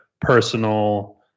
personal